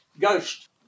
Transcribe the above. ghost